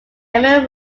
emma